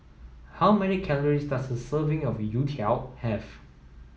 how many calories does a serving of Youtiao have